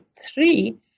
three